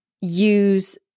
use